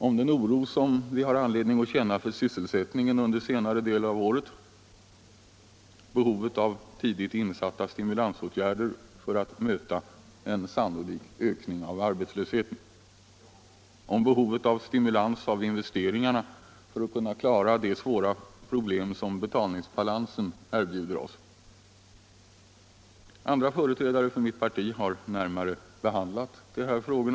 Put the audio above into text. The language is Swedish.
Om den oro som vi har anledning att känna för sysselsättningen under senare delen av året och behovet av tidigt insatta stimulansåtgärder för att möta en sannolik ökning av arbetslösheten. Om behovet av stimulans av investeringarna för att kunna klara de svåra problem som betalningsbalansen erbjuder oss. Andra företrädare för mitt parti har närmare behandlat dessa frågor.